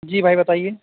جی بھائی بتائیے